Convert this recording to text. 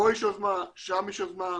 פה יש יוזמה, שם יש יוזמה,